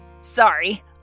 Sorry